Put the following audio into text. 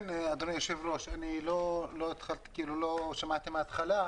אדוני היושב-ראש, לא שמעתי מן ההתחלה.